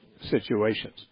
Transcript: situations